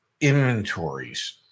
inventories